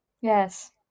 Yes